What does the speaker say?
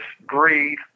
breathe